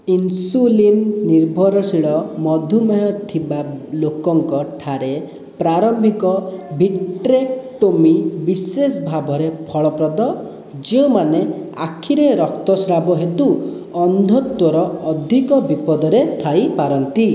insulin ନିର୍ଭରଶୀଳ ମଧୁମେହ ଥିବା ଲୋକଙ୍କଠାରେ ପ୍ରାରମ୍ଭିକ ଭିଟ୍ରେକ୍ଟୋମି ବିଶେଷ ଭାବରେ ଫଳପ୍ରଦ ଯେଉଁମାନେ ଆଖିରେ ରକ୍ତସ୍ରାବ ହେତୁ ଅନ୍ଧତ୍ୱର ଅଧିକ ବିପଦରେ ଥାଇପାରନ୍ତି